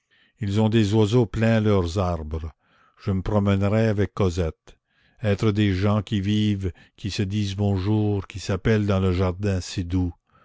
ils ont des oiseaux plein leurs arbres je me promènerais avec cosette être des gens qui vivent qui se disent bonjour qui s'appellent dans le jardin